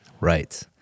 Right